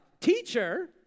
teacher